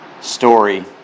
story